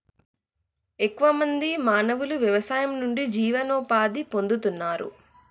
ఎక్కువ మంది మానవులు వ్యవసాయం నుండి జీవనోపాధి పొందుతున్నారు